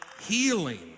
healing